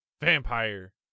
vampire